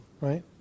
right